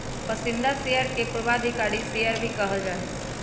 पसंदीदा शेयर के पूर्वाधिकारी शेयर भी कहल जा हई